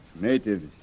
Natives